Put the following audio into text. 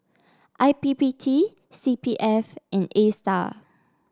I P P T C P F and Astar